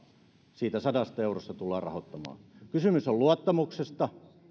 siitä sadasta eurosta tullaan rahoittamaan kysymys on luottamuksesta